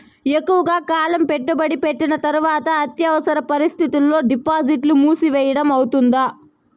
ఎక్కువగా కాలం పెట్టుబడి పెట్టిన తర్వాత అత్యవసర పరిస్థితుల్లో డిపాజిట్లు మూసివేయడం అవుతుందా?